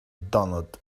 doughnut